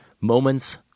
moments